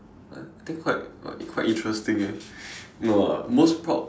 like I think quite quite interesting eh no ah most proud